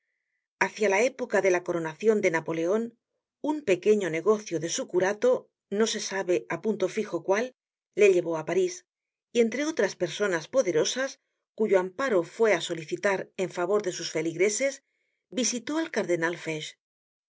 hácia la época de la coronacion de napoleon un pequeño negocio de su curato no se sabe á punto fijo cuál le llevó á parís y entre otras personas poderosas cuyo amparo fué á solicitar en favor de sus feligreses visitó al cardenal fesch